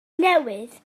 newydd